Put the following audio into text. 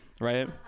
right